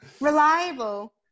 Reliable